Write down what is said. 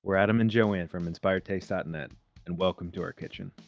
we're adam and joanne from inspiredtaste dot and net and welcome to our kitchen.